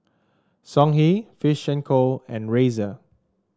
Songhe Fish and Co and Razer